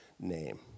name